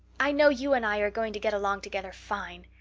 i know you and i are going to get along together fine.